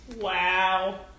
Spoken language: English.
Wow